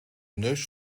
neus